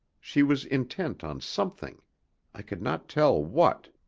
she was intent on something i could not tell what.